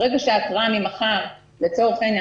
לצורך העניין,